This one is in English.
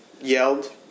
yelled